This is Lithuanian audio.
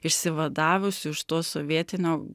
išsivadavusių iš to sovietinio